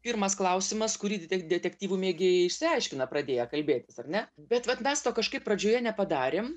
pirmas klausimas kurį detektyvų mėgėjai išsiaiškina pradėję kalbėtis ar ne bet vat mes to kažkaip pradžioje nepadarėm